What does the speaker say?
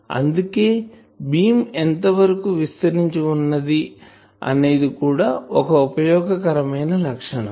అందుకే బీమ్ ఎంత వరకు విస్తరించి వున్నది అనేది కూడా ఒక ఉపయోగకరమైన లక్షణం